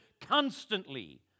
constantly